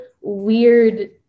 weird